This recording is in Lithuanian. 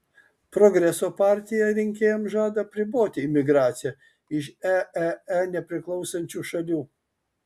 progreso partija rinkėjams žada apriboti imigraciją iš eee nepriklausančių šalių